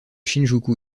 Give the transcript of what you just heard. shinjuku